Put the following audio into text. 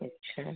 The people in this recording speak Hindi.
अच्छा